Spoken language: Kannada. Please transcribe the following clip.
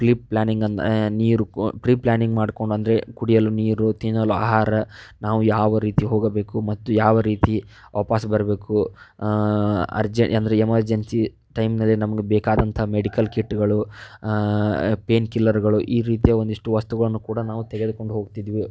ಪ್ರಿಪ್ ಪ್ಲಾನಿಂಗ್ ಅಂದು ನೀರು ಕೊ ಪ್ರಿ ಪ್ಲಾನಿಂಗ್ ಮಾಡ್ಕೊಂಡು ಅಂದರೆ ಕುಡಿಯಲು ನೀರು ತಿನ್ನಲು ಆಹಾರ ನಾವು ಯಾವ ರೀತಿ ಹೋಗಬೇಕು ಮತ್ತು ಯಾವ ರೀತಿ ವಾಪಸ್ ಬರಬೇಕು ಅರ್ಜೆ ಅಂದರೆ ಎಮರ್ಜೆನ್ಸಿ ಟೈಮ್ನಲ್ಲಿ ನಮಗೆ ಬೇಕಾದಂಥ ಮೆಡಿಕಲ್ ಕಿಟ್ಗಳು ಪೇನ್ ಕಿಲ್ಲರ್ಗಳು ಈ ರೀತಿಯ ಒಂದಿಷ್ಟು ವಸ್ತುಗಳನ್ನು ಕೂಡ ನಾವು ತೆಗೆದುಕೊಂಡು ಹೋಗುತ್ತಿದ್ವು